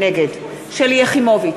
נגד שלי יחימוביץ,